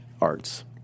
arts